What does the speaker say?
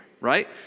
right